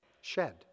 Shed